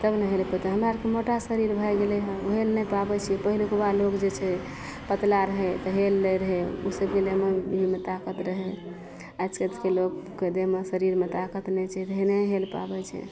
तब ने हेल पेतय हमरा आरके मोटा शरीर भए गेलयहँ उ हेल नहि पाबय छियै पहिरुकबा लोग जे छै पतला रहय तऽ हेल लै रहय उ सभके देहमे ताकत रहय आज कलके लोगके देहमे शरीरमे ताकत नहि छै रहि नहि हेल पाबय छै